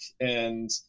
and-